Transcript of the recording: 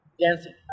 Dancing